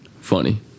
Funny